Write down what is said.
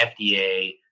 FDA